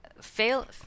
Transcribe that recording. fail